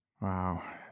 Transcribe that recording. Wow